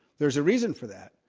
there's a reason for that.